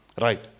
Right